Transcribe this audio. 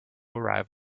arrive